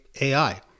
AI